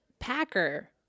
packer